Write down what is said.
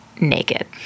naked